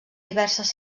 diverses